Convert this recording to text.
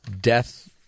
death